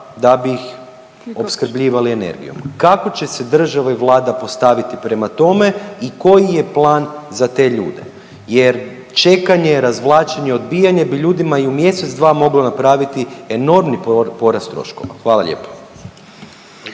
da bi ih opskrbljivali energijom. Kako će se država i Vlada postaviti prema tome i koji je plan za te ljude? Jer čekanje, razvlačenje, odbijanje bi ljudima i u mjesec, dva moglo napraviti enormni porast troškova. Hvala lijepo.